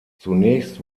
zunächst